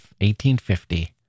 1850